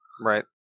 Right